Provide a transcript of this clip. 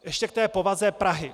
Ještě k povaze Prahy.